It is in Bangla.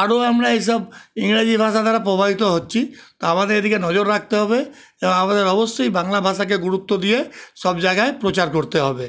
আরও আমরা এসব ইংরাজি ভাষা দ্বারা প্রভাবিত হচ্ছি তো আমাদের এদিকে নজর রাখতে হবে আমাদের অবশ্যই বাংলা ভাষাকে গুরুত্ব দিয়ে সব জায়গায় প্রচার করতে হবে